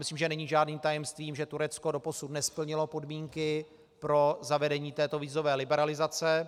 Myslím, že není žádným tajemstvím, že Turecko doposud nesplnilo podmínky pro zavedení této vízové liberalizace.